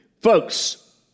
folks